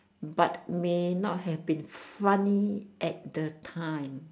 but may not have been funny at the time